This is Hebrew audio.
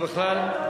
אנחנו בכלל,